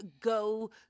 go